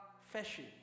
fashion